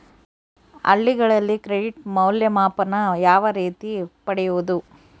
ಹಳ್ಳಿಗಳಲ್ಲಿ ಕ್ರೆಡಿಟ್ ಮೌಲ್ಯಮಾಪನ ಯಾವ ರೇತಿ ಪಡೆಯುವುದು?